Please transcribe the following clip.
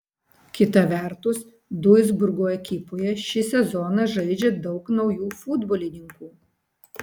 kita vertus duisburgo ekipoje šį sezoną žaidžia daug naujų futbolininkų